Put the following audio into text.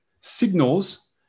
signals